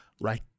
right